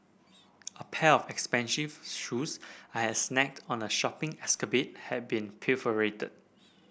a pair of expensive shoes I had snagged on a shopping escapade had been pilfered